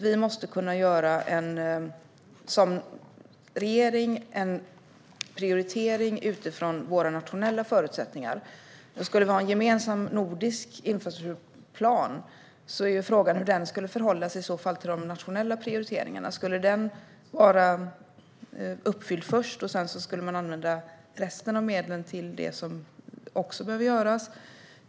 Vi måste nämligen som regering kunna göra en prioritering utifrån våra nationella förutsättningar. Skulle vi ha en gemensam nordisk infrastrukturplan är frågan hur den i så fall skulle förhålla sig till de nationella prioriteringarna. Skulle den uppfyllas först, och skulle man sedan använda resten av medlen till det som också behöver göras?